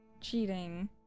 cheating